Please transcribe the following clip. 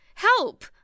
Help